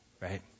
right